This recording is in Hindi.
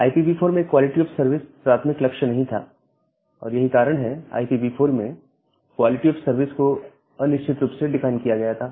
IPv4 में क्वालिटी ऑफ़ सर्विस प्राथमिक लक्ष्य नहीं था और यही कारण है कि IPv4 में क्वालिटी ऑफ़ सर्विस को अनिश्चित रूप से डिफाइन किया गया था